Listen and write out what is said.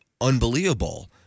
unbelievable